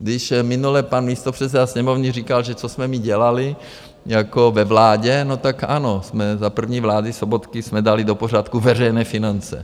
Když minule pan místopředseda Sněmovny říkal, že co jsme my dělali ve vládě no, tak ano, za první vlády Sobotky jsme dali do pořádku veřejné finance.